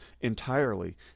entirely